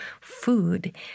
food